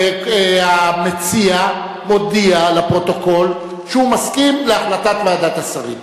המציע מודיע לפרוטוקול שהוא מסכים להחלטת ועדת השרים.